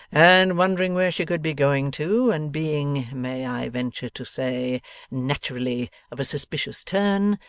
and, wondering where she could be going to, and being may i venture to say naturally of a suspicious turn,